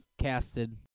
casted